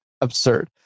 absurd